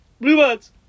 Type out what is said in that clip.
Bluebirds